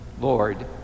Lord